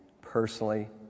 personally